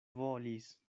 volis